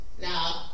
Now